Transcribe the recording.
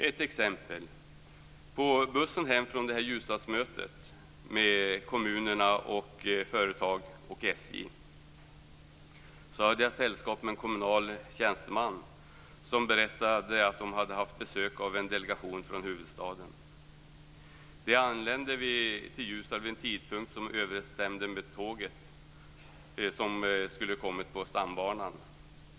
Ett exempel: På bussen hem från Ljusdalsmötet med kommuner, företag och SJ hade jag sällskap med en kommunal tjänsteman som berättade att kommunen hade haft besök av en delegation från huvudstaden. Delegationen anlände till Ljusdal vid en tidpunkt som överensstämde med det tåg som kom till Ljusdal på stambanan.